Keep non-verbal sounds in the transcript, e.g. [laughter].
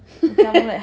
[laughs]